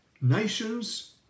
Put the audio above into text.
nations